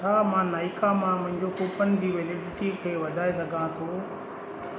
छा मां नाइका मां मुंहिंजो कूपन जी वेलिडीटी खे वधाए सघां थो